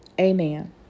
Amen